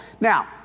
Now